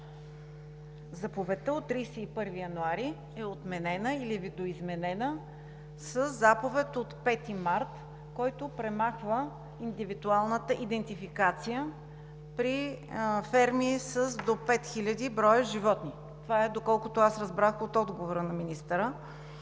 Заповедта от 31 януари е отменена или видоизменена със заповед от 5 март, която премахва индивидуалната идентификация при ферми с до 5000 броя животни. Това е, доколкото аз разбрах от отговора на министъра.